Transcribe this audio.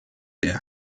der